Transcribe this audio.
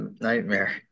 nightmare